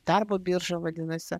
darbo biržą vadinasi